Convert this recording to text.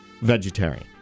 vegetarian